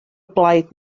blaid